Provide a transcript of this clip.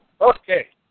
Okay